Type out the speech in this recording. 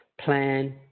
plan